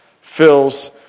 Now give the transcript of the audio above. fills